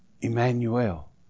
Emmanuel